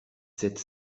sept